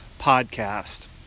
podcast